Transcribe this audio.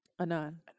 Anon